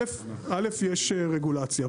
א' יש רגולציה,